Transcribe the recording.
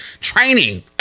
Training